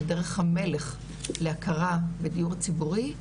ש"דרך המלך" להכרה בדיור הציבורי,